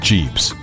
Jeeps